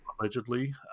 Allegedly